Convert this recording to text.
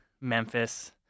Memphis